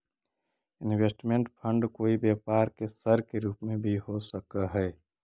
investment fund कोई व्यापार के सर के रूप में भी हो सकऽ हई